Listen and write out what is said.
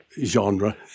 genre